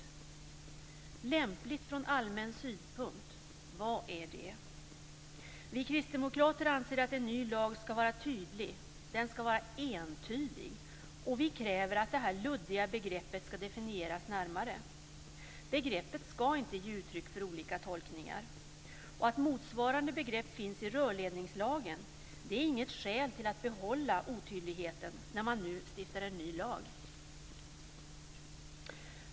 Vad är "lämpligt från allmän synpunkt"? Vi kristdemokrater anser att en ny lag ska vara tydlig och entydig och kräver att det här luddiga begreppet närmare definieras. Begreppet ska inte ge uttryck för olika tolkningar. Att motsvarande begrepp finns i rörledningslagen är inget skäl till att behålla otydligheten när man nu stiftar en ny lag.